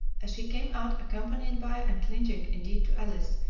she came out, accompanied by and clinging indeed to alice,